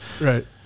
right